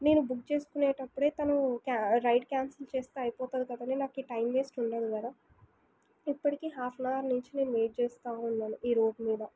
నేను బుక్ చేసుకునేటప్పుడే తను క్యా రైడ్ క్యాన్సెల్ చేస్తే అయిపోతుంది కదా నాకూ టైమ్ వేస్ట్ ఉండదు కదా ఇప్పటికీ హాఫ్నవర్ నుంచి నేను వెయిట్ చేస్తూ ఉన్నాను ఈ రోడ్ మీద